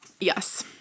yes